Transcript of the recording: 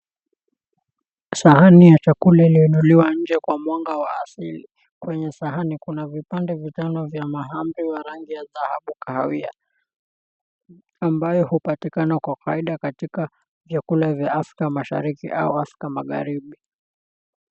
Sahani ya chakula iliyo nuliwa inje kwa mwanga wa asili kwenye sahani kuna vipande vitano vya mahari wa rangi ya dhahabu kahawia ambayo hupatikana kwa faida katika vyakula vya Afrika mashariki au Afrika Magharibi.